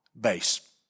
base